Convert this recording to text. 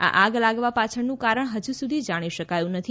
આ આગ લાગવા પાછળનું કારણ હજી સુધી જાણી શકાયું નથી